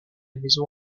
maison